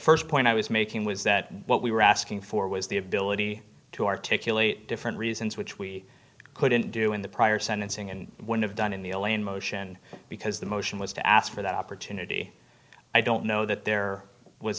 the st point i was making was that what we were asking for was the ability to articulate different reasons which we couldn't do in the prior sentencing and one of done in the elaine motion because the motion was to ask for that opportunity i don't know that there was